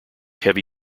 heavy